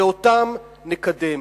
ואותם נקדם,